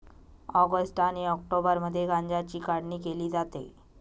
August आणि ऑक्टोबरमध्ये गांज्याची काढणी केली जाते